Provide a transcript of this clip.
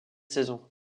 saison